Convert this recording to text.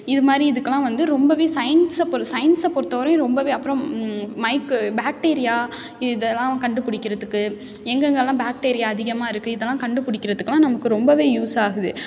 இது மாதிரி இதுக்கெல்லாம் வந்து ரொம்பவே சயின்ஸை பொறு சயின்ஸை பொறுத்த வரையும் ரொம்பவே அப்புறம் மைக்கு பேக்டேரியா இதெல்லாம் கண்டுபிடிக்கிறதுக்கு எங்கே எங்கேலாம் பேக்டேரியா அதிகமாக இருக்குது இதெல்லாம் கண்டுபிடிக்கிறதுக்கலாம் நமக்கு ரொம்பவே யூஸ் ஆகுது